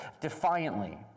defiantly